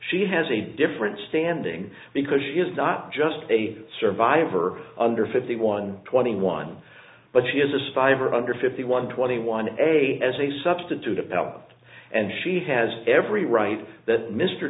she has a different standing because she is not just a survivor under fifty one twenty one but she is a survivor under fifty one twenty one a as a substitute developed and she has every right that mr